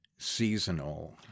seasonal